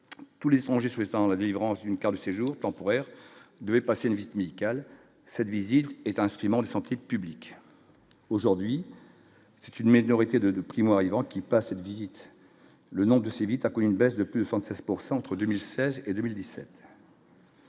tous les étrangers souhaitant la délivrance d'une carte de séjour temporaire devait passer une visite médicale, cette visite est inscrit de santé publique, aujourd'hui, c'est une minorité de de primo-arrivants qui passe cette visite, le nombre de ses vite a connu une baisse de plus de 100 de 16 pourcent entre 2016 et 2017.